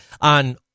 on